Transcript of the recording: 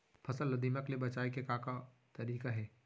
फसल ला दीमक ले बचाये के का का तरीका हे?